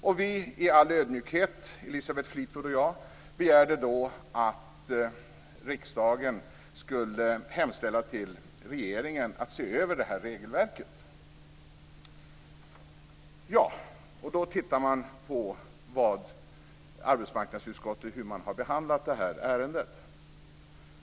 Elisabeth Fleetwood och jag begärde i all ödmjukhet att riksdagen skulle hemställa till regeringen att se över regelverket för det här. Hur har då arbetsmarknadsutskottet behandlat det här ärendet?